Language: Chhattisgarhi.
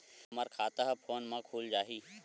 हमर खाता ह फोन मा खुल जाही?